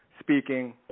Speaking